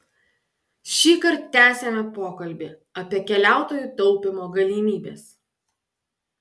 šįkart tęsiame pokalbį apie keliautojų taupymo galimybes